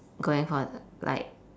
going for like